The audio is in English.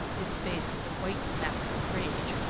his face a white mask of rage,